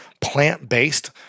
Plant-based